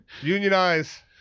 unionize